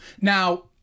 Now